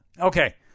Okay